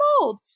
old